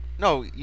No